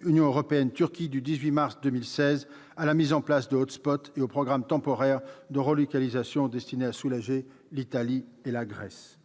l'Union européenne et la Turquie du 18 mars 2016, à la mise en place de et au programme temporaire de relocalisation destiné à soulager l'Italie et la Grèce.